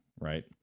right